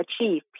achieve